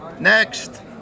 Next